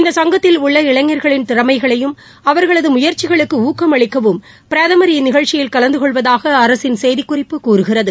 இந்த சங்கத்தில் உள்ள இளைஞர்களின் திறமைகளையும் அவர்களது முயற்சிகளுக்கு ஊக்கம் அளிக்கவும் பிரதமர் இந்நிகழ்ச்சியில் கலந்தகொள்வதாக அரசின் செய்திக்குறிப்பு கூறுகிறது